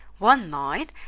one night,